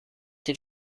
den